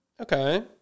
Okay